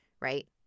right